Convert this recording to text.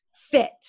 fit